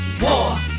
war